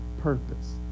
purpose